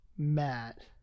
Matt